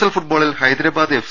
L ഫുട്ബോളിൽ Hyderabad F